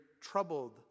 troubled